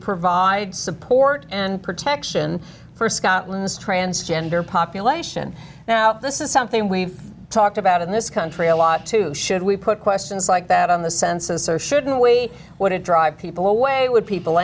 provide support and protection for scotland's transgender population now this is something we've talked about in this country a lot too should we put questions like that on the census or shouldn't we when it drives people away would people